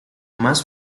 más